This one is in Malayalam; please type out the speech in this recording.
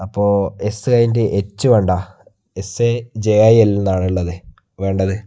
അപ്പോൾ എസ് കഴിഞ്ഞിട്ട് എച്ച് വേണ്ട S A J I L എന്നാണുള്ളത് വേണ്ടത്